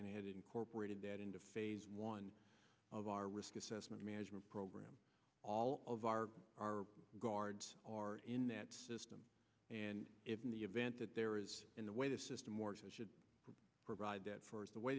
and i had incorporated that into phase one of our risk assessment management program all of our our guards are in that system and if in the event that there is in the way the system or so should provide that for us the way